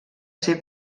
ser